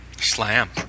Slam